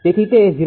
તેથી તે 0